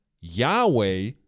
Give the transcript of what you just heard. Yahweh